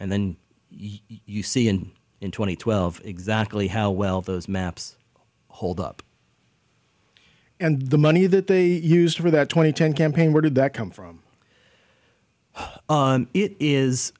and then you see in in two thousand and twelve exactly how well those maps hold up and the money that they used for that twenty ten campaign where did that come from it is